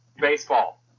Baseball